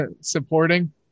supporting